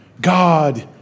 God